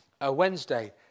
Wednesday